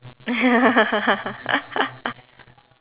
ya